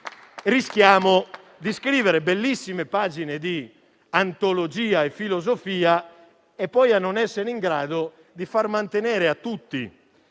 altrimenti di scrivere bellissime pagine di antologia e filosofia e poi non essere in grado di far sì che tutti,